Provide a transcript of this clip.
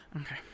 Okay